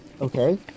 okay